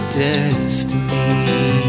destiny